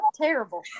Terrible